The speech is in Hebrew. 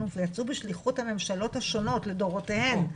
ויצאו בשליחות הממשלות השונות לדורותיהם,